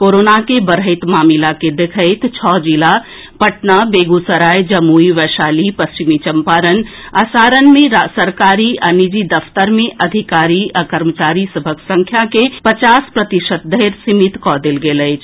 corona के बढ़ैत मामिला के देखैत छओ जिला पटना बेगूसराय जमुई वैशाली पश्चिमी चम्पारण आ सारण मे सरकारी आ निजी दफ्तर मे अधिकारी आ कर्मचारी सभक संख्या के पचास प्रतिशत धरि सीमित कऽ देल गेल अछि